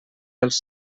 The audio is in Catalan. els